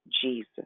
jesus